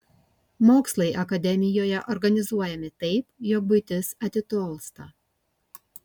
mokslai akademijoje organizuojami taip jog buitis atitolsta